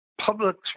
public's